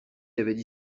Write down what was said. avaient